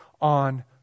on